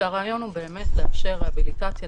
כשהרעיון הוא לאפשר ריהביליטציה,